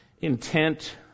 intent